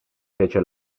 fece